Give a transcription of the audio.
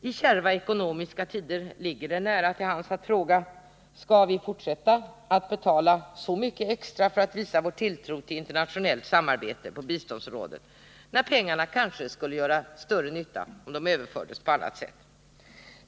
I kärva ekonomiska tider ligger det nära till hands att fråga: Skall vi fortsätta att betala så mycket extra för att visa vår tilltro till internationellt samarbete på biståndsområdet när pengarna skulle göra större nytta om de överfördes på annat sätt?